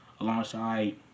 alongside